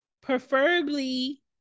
preferably